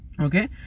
okay